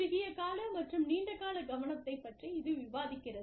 குறுகிய கால மற்றும் நீண்ட கால கவனத்தை பற்றி இது விவாதிக்கிறது